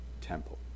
temple